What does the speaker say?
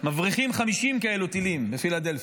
מבריחים 50 טילים כאלה בפילדלפי?